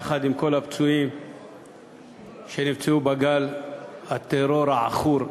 יחד עם כל הפצועים שנפצעו בגל הטרור העכור הזה.